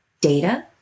data